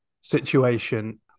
situation